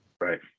right